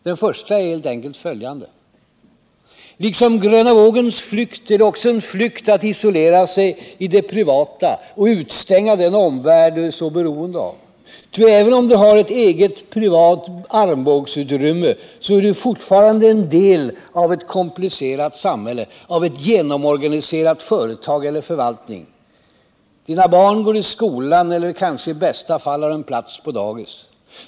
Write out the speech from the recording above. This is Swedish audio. Den första är helt enkelt följande: Liksom gröna vågens flykt är det också en flykt att isolera sig i det privata och utestänga den omvärld du är så beroende av. Ty även om du har ett eget privat armbågsutrymme, så är du fortfarande en del av ett komplicerat samhälle, av ett genomorganiserat företag eller en genomorganiserad förvaltning. Dina barn går i skolan eller har kanske, i bästa fall, en plats på dagis.